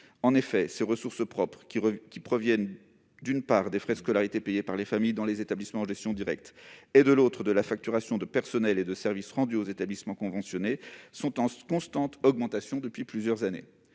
En effet, ses ressources propres, qui proviennent, d'une part, des frais de scolarité payés par les familles dans les établissements en gestion directe et, d'autre part, de la facturation des personnels et des services rendus aux établissements conventionnés, sont en constante augmentation depuis plusieurs années.